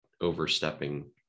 overstepping